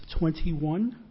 21